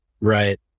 right